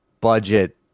budget